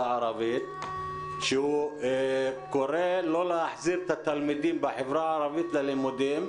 הערבית הקורא לא להחזיר את התלמידים בחברה הערבית ללימודים,